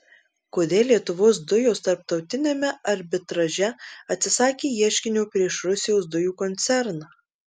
kodėl lietuvos dujos tarptautiniame arbitraže atsisakė ieškinio prieš rusijos dujų koncerną